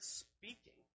speaking